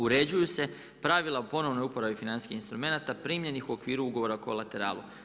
Uređuju se pravila o ponovnoj uporabi financijskih instrumenata primljenih u okviru ugovora kolateralu.